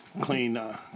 clean